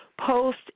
post